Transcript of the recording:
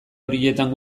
horietan